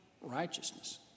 Righteousness